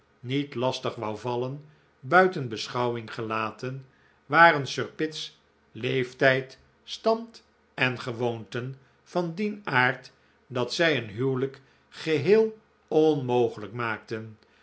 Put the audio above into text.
niet lastig wou vallen buiten beschouwing gelaten waren sir pitt's leeftijd stand en gewoonten van dien aard dat zij een huwelijk geheel onmogelijk maakten